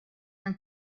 from